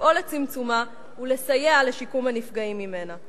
לפעול לצמצומה ולסייע לשיקום הנפגעים ממנה.